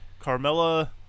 Carmella